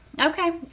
Okay